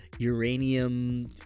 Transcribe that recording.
Uranium